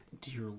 Dear